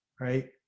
right